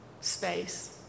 space